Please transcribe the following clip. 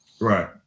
Right